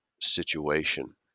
situation